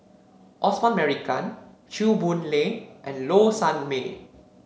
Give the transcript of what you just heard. Osman Merican Chew Boon Lay and Low Sanmay